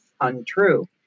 untrue